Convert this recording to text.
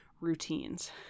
routines